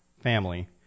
family